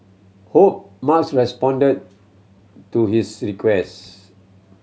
hope Musk responded to his request